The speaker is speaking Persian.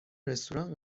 رستوران